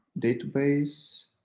database